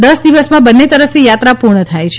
દસ દિવસમાં બંને તરફની યાત્રા પૂર્ણ થાય છે